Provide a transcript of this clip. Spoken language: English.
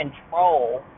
control